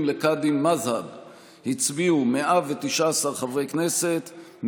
לקאדים מד'הב: הצביעו 119 חברי כנסת,